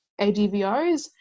ADVOs